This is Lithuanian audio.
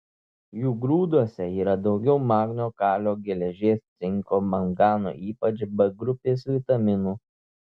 jų grūduose yra daugiau magnio kalio geležies cinko mangano ypač b grupės vitaminų